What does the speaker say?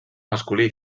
masculí